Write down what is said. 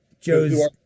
Joe's